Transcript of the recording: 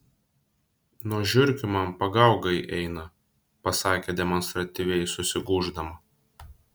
nuo žiurkių man pagaugai eina pasakė demonstratyviai susigūždama